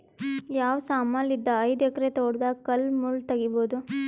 ಯಾವ ಸಮಾನಲಿದ್ದ ಐದು ಎಕರ ತೋಟದಾಗ ಕಲ್ ಮುಳ್ ತಗಿಬೊದ?